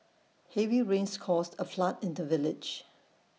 heavy rains caused A flood in the village